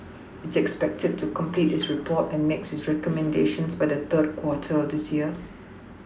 it's expected to complete its report and make its recommendations by the third quarter of this year